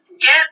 get